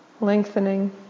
lengthening